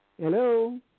Hello